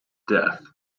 death